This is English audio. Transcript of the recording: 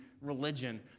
religion